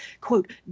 quote